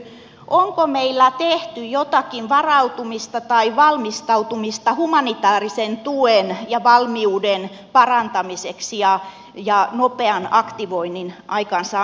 onko meillä tehty jotakin varautumista tai valmistautumista humanitaarisen tuen ja valmiuden parantamiseksi ja nopean aktivoinnin aikaansaamiseksi